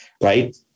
right